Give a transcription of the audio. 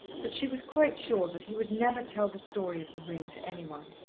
but she was quite sure that he would never tell the story of the ring to any one.